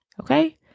Okay